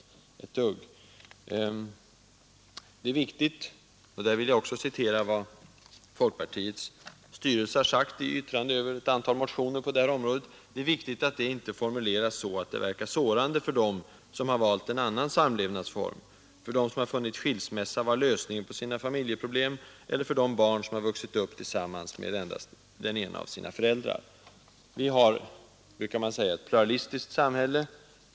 Det är då viktigt — där vill jag också citera vad folkpartiets styrelse har sagt i sitt yttrande över ett antal motioner på detta område — att man sårande för dem som valt en annan inte väljer formuleringar som ”verkar samlevnadsform, för dem som funnit skilsmässa vara lösningen på sina familjeproblem eller för de barn som vuxit upp tillsammans med endast den ena av sina föräldrar ”. Vi har, brukar man säga, ett pluralistiskt samhälle.